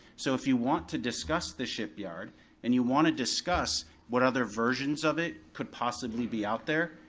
so if you want to discuss the shipyard and you wanna discuss what other versions of it could possibly be out there,